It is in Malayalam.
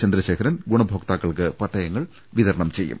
ചന്ദ്രശേഖരൻ ഗുണഭോക്താക്കൾക്ക് പട്ടയങ്ങൾ വിതരണം ചെയ്യും